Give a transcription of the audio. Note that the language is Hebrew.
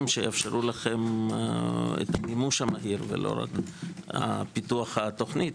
שיאפשרו לכם מימוש מהיר ולא רק פיתוח התוכנית.